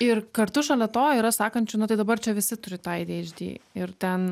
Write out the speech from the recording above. ir kartu šalia to yra sakančių na tai dabar čia visi turi tą adhd ir ten